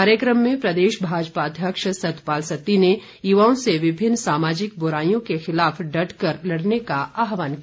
कार्यक्रम में प्रदेश भाजपा अध्यक्ष सतपाल सती ने युवाओं से विभिन्न समाजिक बुराई के खिलाफ डट कर लड़ने का आह्वान किया